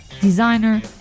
designer